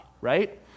right